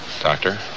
Doctor